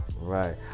Right